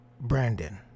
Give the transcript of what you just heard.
brandon